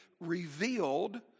revealed